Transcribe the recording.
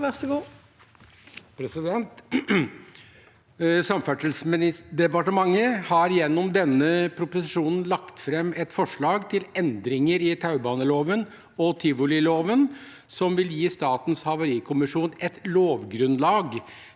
Samferdselsdeparte- mentet har gjennom denne proposisjonen lagt fram et forslag til endringer i taubaneloven og tivoliloven som vil gi Statens havarikommisjon et lovgrunnlag